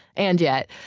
and yet,